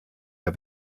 der